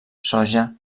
soja